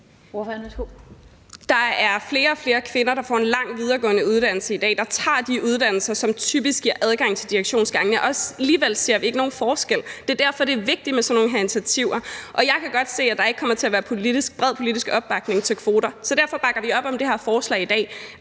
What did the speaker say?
Der er flere og flere kvinder, der får en lang videregående uddannelse i dag, der tager de uddannelser, som typisk giver adgang til direktionsgangene, og alligevel ser vi ikke nogen forskel. Det er derfor, det er vigtigt med sådan nogle initiativer som det her. Jeg kan godt se, at der ikke kommer til at være bred politisk opbakning til kvoter, så derfor bakker vi op om det her forslag i dag